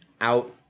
out